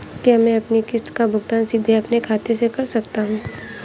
क्या मैं अपनी किश्त का भुगतान सीधे अपने खाते से कर सकता हूँ?